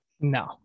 no